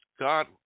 God